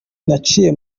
naciye